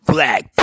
Black